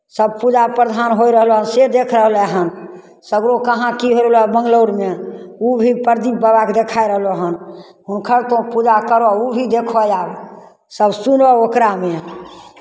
सभ पूजा प्रधान होय रहलह से देख रहलै हन सगरो कहाँ की भेलहौ बंगलौरमे ओ भी प्रदीप बाबाकेँ देखाय रहलौ हन हुनकर तोँ पूजा करहौ ओ भी देखहौ आब सभ सुनहौ ओकरामे